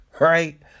right